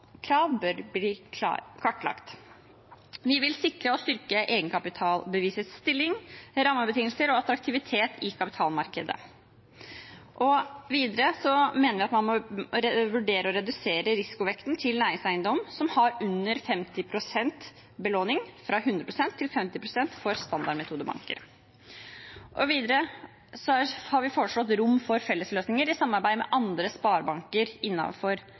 bør bli kartlagt. Vi vil sikre og styrke egenkapitalbevisets stilling, rammebetingelser og attraktivitet i kapitalmarkedet. Videre mener vi at man må vurdere å redusere risikovekten til næringseiendom som har under 50 pst. belåning, fra 100 pst. til 50 pst. for standardmetodebanker. Vi har også foreslått rom for fellesløsninger i samarbeid med andre